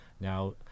now